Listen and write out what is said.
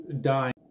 dying